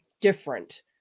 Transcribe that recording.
different